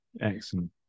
Excellent